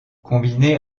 combiné